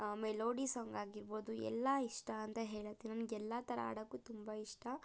melody song ಆಗಿರ್ಬೊದು ಎಲ್ಲ ಇಷ್ಟ ಅಂತ ಹೇಳತೀನಿ ನನಗೆಲ್ಲ ಥರ ಹಾಡಕ್ಕು ತುಂಬ ಇಷ್ಟ